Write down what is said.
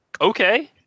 okay